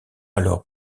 alors